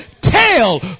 Tell